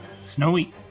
Snowy